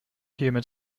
humid